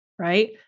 Right